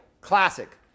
classic